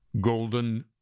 Golden